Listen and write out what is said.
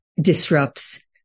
disrupts